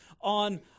on